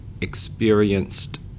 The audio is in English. experienced